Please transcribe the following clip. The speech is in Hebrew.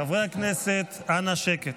חברי הכנסת, אנא, שקט.